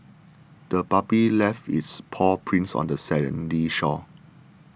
the puppy left its paw prints on the sandy shore